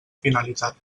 finalitat